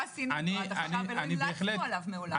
עשינו אותו מעולם ולא המלצנו עליו מעולם.